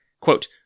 Quote